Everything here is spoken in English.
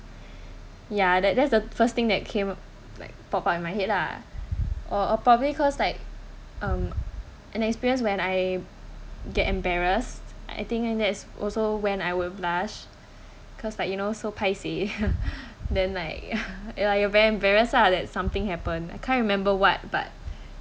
ya that that's the first thing that came like pop out in my head lah or or probably cause like um an experience when I get embarrassed I think that's also when I will blushed cause like you know so paiseh then like you very embarrassed lah that something happened I can't remember what but